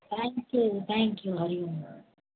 thank you thank you Hariom